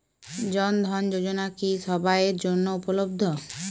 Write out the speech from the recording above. জন ধন যোজনা কি সবায়ের জন্য উপলব্ধ?